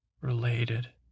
related